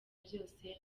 byose